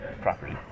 property